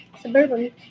suburban